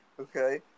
okay